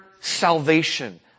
salvation